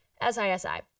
S-I-S-I